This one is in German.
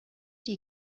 die